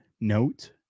note